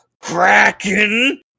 Kraken